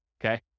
Okay